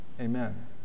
amen